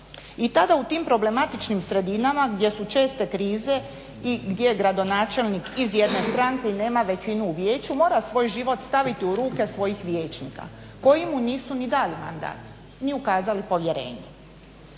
I tada u tim problematičnim sredinama gdje su česte krize i gdje gradonačelnik iz jedne stranke i nema većinu u vijeću mora svoj život staviti u ruke svojih vijećnika, koji mu nisu ni dali mandat, ni ukazali povjerenje.